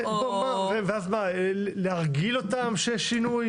ואז להרגיל אותם שיש שינוי?